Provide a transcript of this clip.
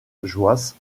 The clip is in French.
joyce